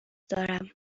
دارم